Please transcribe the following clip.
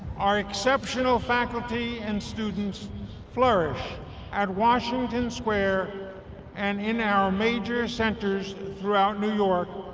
our exceptional faculty and students flourish at washington square and in our major centers throughout new york,